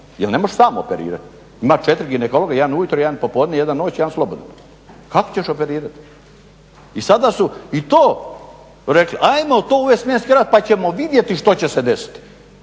jer ne možeš sam operirati, ima 4 ginekologa, jedan ujutro, jedan popodne, jedan noć, jedan slobodno, kako ćeš operirati. I sada su i to rekli, ajmo to uvest smjenski rad pa ćemo vidjeti što će se desiti.